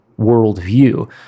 worldview